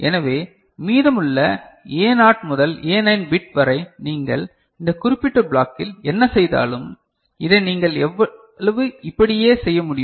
எனவே மீதமுள்ள A0 முதல் A9 பிட் வரை நீங்கள் இந்த குறிப்பிட்ட ப்ளாக்கில் என்ன செய்தாலும் இதை நீங்கள் எவ்வளவு இப்படியே செய்ய முடியும்